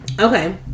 Okay